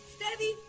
steady